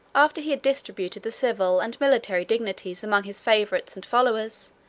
after he had distributed the civil and military dignities among his favorites and followers,